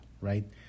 right